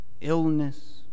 illness